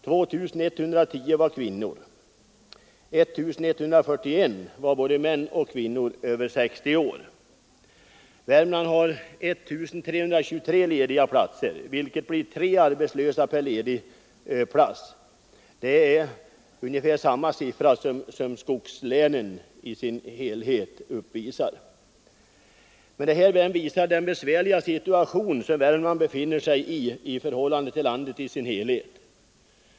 2 110 var kvinnor. 1 141 var män och kvinnor över 60 år. Värmland hade 1 323 lediga platser, vilket blir 3 arbetslösa per ledig plats. Det är ungefär samma siffra som skogslänen har. Det visar den besvärliga situation som Värmland befinner sig i jämfört med landet i dess helhet.